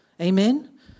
Amen